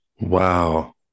Wow